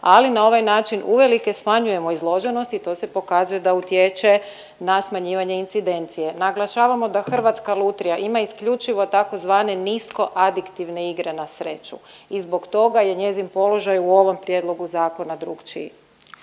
ali na ovaj način uvelike smanjujemo izloženost i to se pokazuje da utječe na smanjivanje incidencije. Naglašavamo da Hrvatska lutrija ima isključivo tzv. nisko adiktivne igre na sreću i zbog toga je njezin položaj u ovom prijedlogu zakona drukčiji.